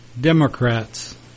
Democrats